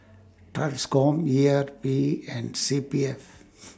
TRANSCOM E R P and C P F